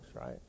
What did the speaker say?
right